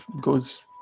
goes